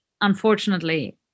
unfortunately